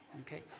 Okay